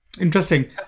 Interesting